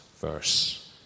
verse